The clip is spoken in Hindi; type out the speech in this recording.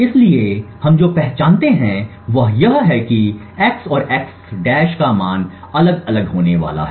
इसलिए हम जो पहचानते हैं वह यह है कि x और x का मान अलग अलग होने वाला है